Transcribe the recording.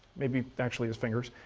maybe actually his fingers.